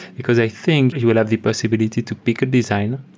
because i think you will have the possibility to pick a design.